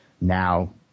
now